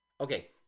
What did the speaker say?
okay